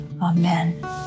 Amen